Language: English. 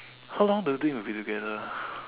how long do you think we'll be together ah